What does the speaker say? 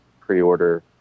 pre-order